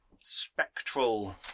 spectral